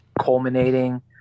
culminating